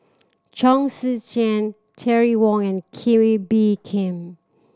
Chong Tze Chien Terry Wong and Kee Wee Bee Khim